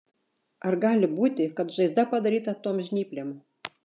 ar gali būti kad žaizda padaryta tom žnyplėm